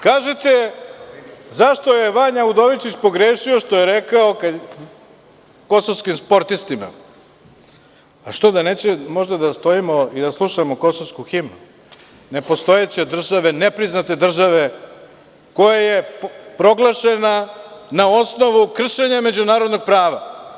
Kažete - zašto je Vanja Udovičić pogrešio kada je rekao – kosovskim sportistima, a što, da neće možda da stojimo i slušamo kosovsku himnu, nepostojeće države, nepriznate države, koja je proglašena na osnovu kršenja međunarodnog prava.